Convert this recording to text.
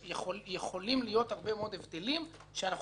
יכולים להיות הרבה מאוד הבדלים שאנחנו לא יכולים